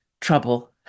trouble